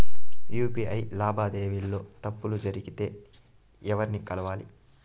UPI లావాదేవీల లో తప్పులు జరిగితే ఎవర్ని కలవాలి?